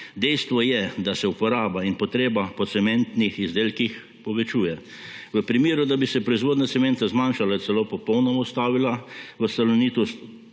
Dejstvo je, da se uporaba in potreba po cementnih izdelkih povečuje. V primeru, da bi se proizvodnja cementa zmanjšala, celo popolnoma ustavila v Salonitu,